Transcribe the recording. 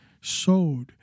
sowed